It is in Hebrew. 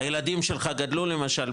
הילדים שלך גדלו למשל,